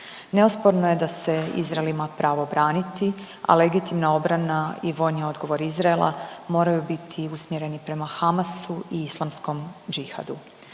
Neosporno je da se Izrael ima pravo braniti, a legitimna obrana i vojni odgovor Izraela moraju biti usmjereni prema Hamasu i islamskom đihadu.